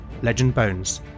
legendbones